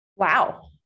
Wow